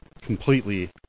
completely